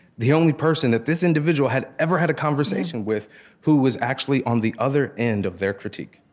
the only person that this individual had ever had a conversation with who was actually on the other end of their critique.